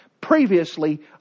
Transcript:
previously